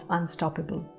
Unstoppable